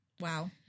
Wow